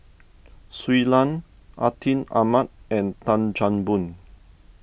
Shui Lan Atin Amat and Tan Chan Boon